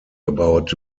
about